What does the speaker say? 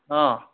অঁ